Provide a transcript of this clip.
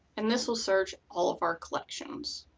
and this will search all of our collections.